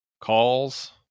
calls